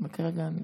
אבל כרגע אני